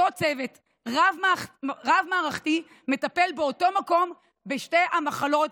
אותו צוות רב-מערכתי מטפל באותו מקום בשתי המחלות,